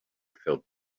felt